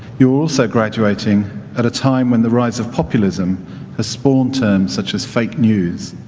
you're also graduating at a time when the rise of populism has spawned terms such as fake news,